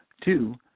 Two